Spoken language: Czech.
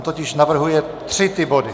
On totiž navrhuje tři ty body.